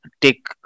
take